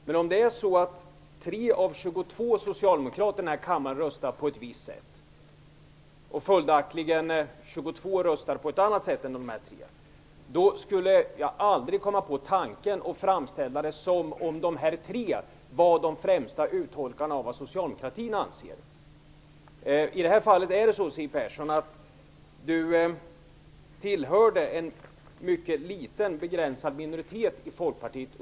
Men om 3 av 22 socialdemokrater i den här kammaren röstar på ett visst sätt, och följaktligen 22 röstar på ett annat sätt än de 3 övriga, skulle jag aldrig komma på idén att framställa det som om dessa 3 socialdemokrater var de främsta uttolkarna av vad I det här fallet tillhörde Siw Persson under förra mandatperioden en mycket liten begränsad minoritet.